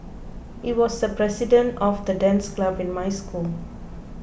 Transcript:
he was the president of the dance club in my school